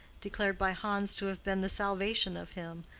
declared by hans to have been the salvation of him,